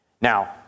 Now